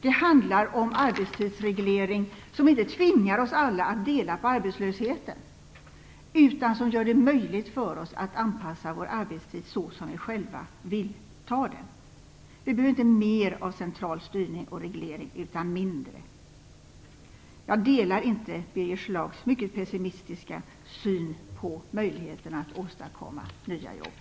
Det handlar om arbetstidsreglering som inte tvingar oss alla att dela på arbetslösheten, utan som gör det möjligt för oss att anpassa vår arbetstid så som vi själva vill. Vi behöver inte mer central styrning och reglering, utan mindre. Jag delar inte Birger Schlaugs mycket pessimistiska syn på möjligheterna att åstadkomma nya jobb.